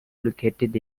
located